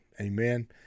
amen